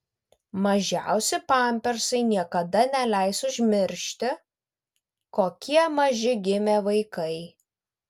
mažiausi pampersai niekada neleis užmiršti kokie maži gimė vaikai